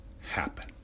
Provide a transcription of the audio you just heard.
happen